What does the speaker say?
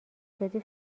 شدی